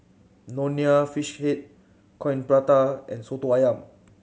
Nonya Fish Head Coin Prata and Soto Ayam